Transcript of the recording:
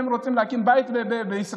הם רוצים להקים בית בישראל.